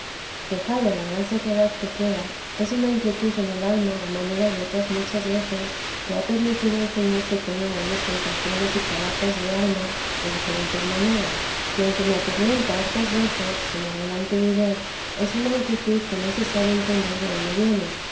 la gran sequedad que queda es una inquietud en el alma a manera de otras muchas veces que ha permitido el señor que tenga grandes tentaciones y trabajos de alma de diferentes maneras y aunque me atormenta hartas veces como adelante diré es una inquietud que no se sabe entender de dónde viene